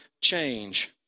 change